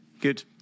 Good